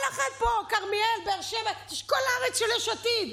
כל אחד פה כרמיאל, באר שבע, כל הארץ של יש עתיד,